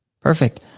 Perfect